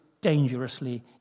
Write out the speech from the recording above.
dangerously